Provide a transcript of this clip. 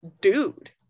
dude